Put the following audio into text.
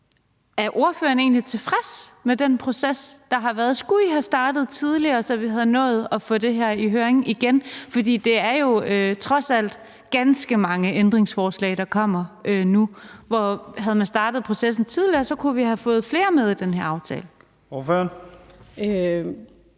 Er ordføreren egentlig tilfreds med den proces, der har været? Skulle I have været startet tidligere, så vi havde nået at få det her i høring igen, for det er jo trods alt ganske mange ændringsforslag, der kommer nu? Havde man startet processen tidligere, kunne vi har fået flere med i den her aftale. Kl.